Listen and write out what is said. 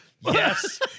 Yes